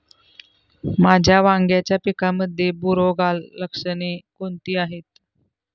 माझ्या वांग्याच्या पिकामध्ये बुरोगाल लक्षणे कोणती आहेत?